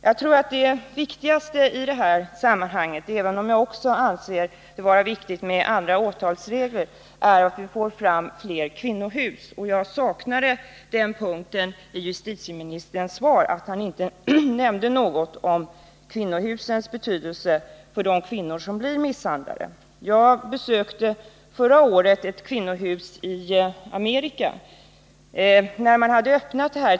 Jag tror att det viktigaste i detta sammanhang —- även om jag också anser det vara viktigt med andra åtalsregler — är att vi får fler kvinnohus. Jag saknade den punkten i justitieministerns svar. Han nämnde där inte någonting om kvinnohusens betydelse för de kvinnor som blir misshandlade. Jag besökte förra året ett kvinnohus i Amerika.